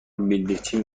بلدرچین